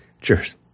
Cheers